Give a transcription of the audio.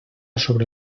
sobre